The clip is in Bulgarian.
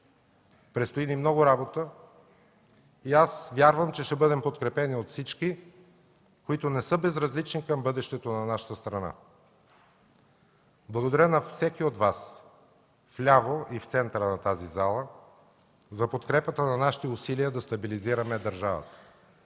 Предстои ни много работа и аз вярвам, че ще бъдем подкрепени от всички, които не са безразлични към бъдещето на нашата страна. Благодаря на всеки от Вас – вляво и в центъра на тази зала, за подкрепата на нашите усилия да стабилизираме държавата.